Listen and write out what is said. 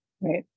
Right